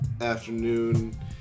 afternoon